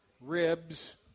ribs